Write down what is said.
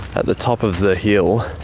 at the top of the hill,